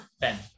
Ben